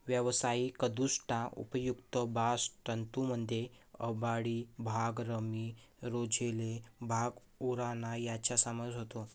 व्यावसायिकदृष्ट्या उपयुक्त बास्ट तंतूंमध्ये अंबाडी, भांग, रॅमी, रोझेल, भांग, उराणा यांचा समावेश होतो